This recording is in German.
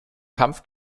kampf